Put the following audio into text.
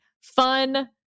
fun